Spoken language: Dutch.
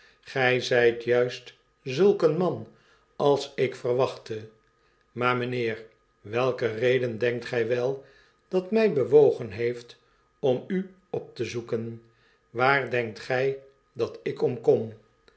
gij zijt juist zulk een man als ik verwachtte maar mijnheer welke reden denkt gij wel dat mij bewogen heeft om u op te zoeken waar denkt gij dat ik ora kom